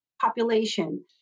population